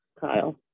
kyle